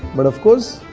but of course.